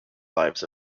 lives